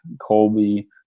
Colby